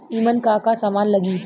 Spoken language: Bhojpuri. ईमन का का समान लगी?